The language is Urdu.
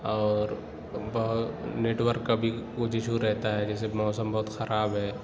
اور بہت نیٹ ورک کا بھی کچھ ایشو رہتا ہے جیسے موسم بہت خراب ہے